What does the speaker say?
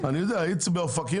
אני יודע, איציק באופקים